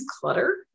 clutter